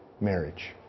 marriage